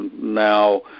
now